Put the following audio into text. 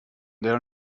their